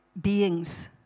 beings